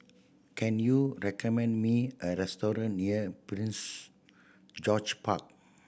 can you recommend me a restaurant near Prince George Park